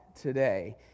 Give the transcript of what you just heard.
today